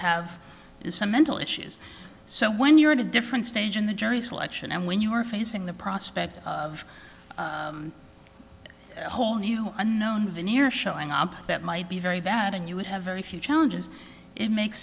have some mental issues so when you're in a different stage in the jury selection and when you're facing the prospect of a whole new unknown veneer showing up that might be very bad and you would have very few challenges it makes